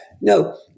no